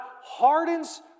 hardens